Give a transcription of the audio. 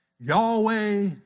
Yahweh